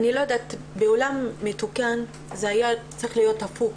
בעולם מתוקן זה היה צריך להיות הפוך